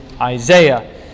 Isaiah